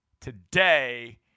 today